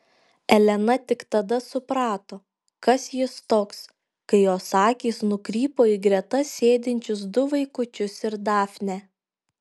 elena tik tada suprato kas jis toks kai jos akys nukrypo į greta sėdinčius du vaikučius ir dafnę